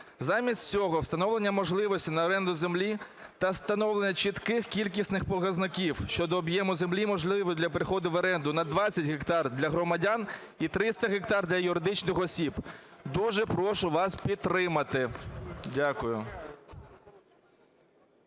Замість цього встановлення можливості на оренду землі та встановлення чітких кількісних показників щодо об'єму землі, можливе для переходу в оренду, на 20 гектар для громадян і 300 гектар для юридичних осіб. Дуже прошу вас підтримати. Дякую.